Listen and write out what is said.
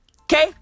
Okay